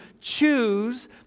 choose